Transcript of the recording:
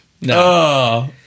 No